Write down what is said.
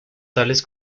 tales